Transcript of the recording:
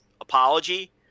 apology –